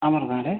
ଆମର ଗାଁରେ